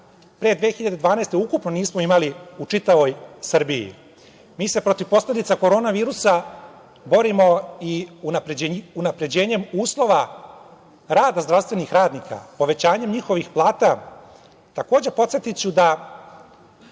pre 2012. godine ukupno nismo imali u čitavoj Srbiji. Mi se protiv posledica korona virusa borimo i unapređenjem uslova rada zdravstvenih radnika, povećanjem njihovih plata. Takođe, podsetiću da